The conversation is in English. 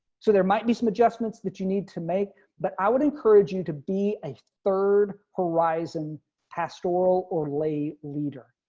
so there might be some adjustments that you need to make. but i would encourage you to be a third horizon pastoral or lay leader.